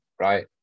right